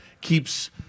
keeps